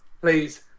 please